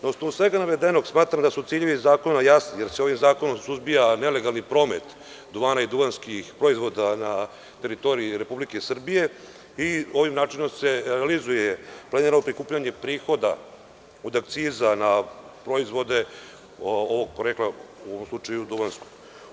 Na osnovu svega navedenog, smatram da su ciljevi zakona jasni, jer se ovim zakonom suzbija nelegalni promet duvana i duvanskih proizvoda na teritoriji Republike Srbije i ovim načinom se realizuje planirano prikupljanje prihoda od akciza na proizvode ovog porekla, u ovom slučaju duvanskog.